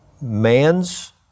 Man's